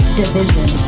division